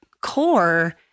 core